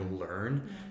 learn